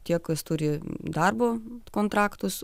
tie kas turi darbo kontraktus